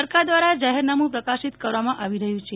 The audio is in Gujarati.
સરકાર દ્વારા જાહેરનામું પ્રકાશીત કરવામાં આવી રહ્યું છે